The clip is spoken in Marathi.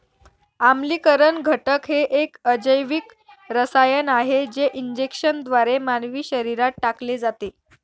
आम्लीकरण घटक हे एक अजैविक रसायन आहे जे इंजेक्शनद्वारे मानवी शरीरात टाकले जाते